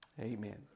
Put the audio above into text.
Amen